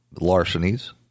larcenies